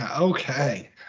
Okay